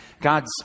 God's